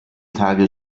tage